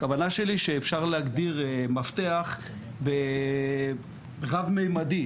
הכוונה שלי שאפשר להגדיר מפתח רב מימדי.